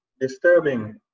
disturbing